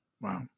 Wow